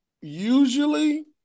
usually